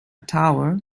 tower